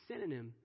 synonym